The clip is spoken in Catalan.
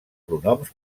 pronoms